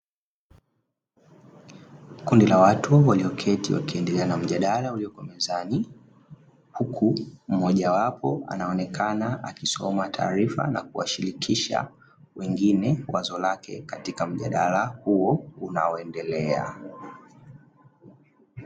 Kundi la watu walioketi wakiendelea na mjadala ulioko mezani, huku mmoja wapo anaonekana akisoma taarifa na kuwashirikisha wengine wazo lake, katika mjadala huo unaoendelea.